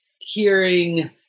hearing